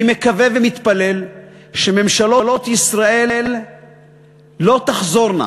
אני מקווה ומתפלל שממשלות ישראל לא תחזורנה